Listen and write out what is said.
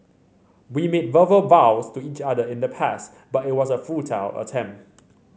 we made verbal vows to each other in the past but it was a futile attempt